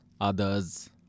others